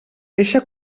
eixa